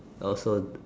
also